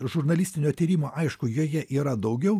žurnalistinio tyrimo aišku joje yra daugiau